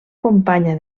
companya